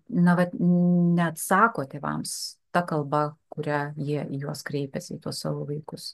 na vat neatsako tėvams ta kalba kuria jie į juos kreipiasi į tuos savo vaikus